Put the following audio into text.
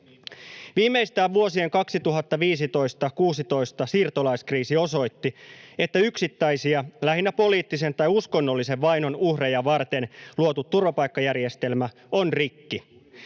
Viimeistään vuosien 2015—2016 siirtolaiskriisi osoitti, että yksittäisiä lähinnä poliittisen tai uskonnollisen vainon uhreja varten luotu turvapaikkajärjestelmä on rikki.